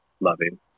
loving